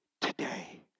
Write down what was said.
today